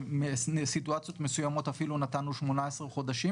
ובסיטואציות מסוימות אפילו נתנו 18 חודשים,